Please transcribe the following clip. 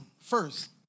first